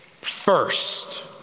First